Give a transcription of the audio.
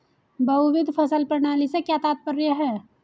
बहुविध फसल प्रणाली से क्या तात्पर्य है?